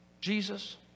Jesus